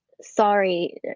sorry